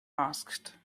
asked